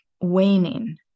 waning